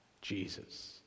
Jesus